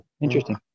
interesting